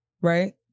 Right